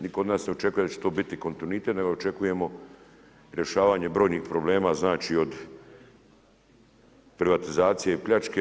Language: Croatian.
Nitko od nas ne očekuje da će to biti kontinuitet, nego očekujemo rješavanje brojnih problema znači, od privatizacije i pljačke.